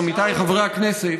עמיתיי חברי הכנסת,